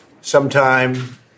sometime